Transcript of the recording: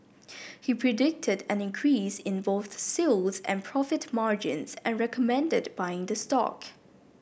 he predicted an increase in both sales and profit margins and recommended buying the stock